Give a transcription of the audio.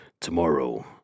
Tomorrow